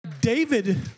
David